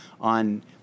on